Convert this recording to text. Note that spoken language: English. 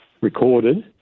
recorded